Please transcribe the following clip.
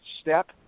step